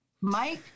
Mike